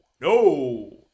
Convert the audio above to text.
no